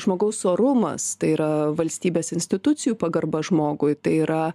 žmogaus orumas tai yra valstybės institucijų pagarba žmogui tai yra